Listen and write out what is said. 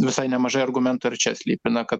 visai nemažai argumentų ir čia slypi kad į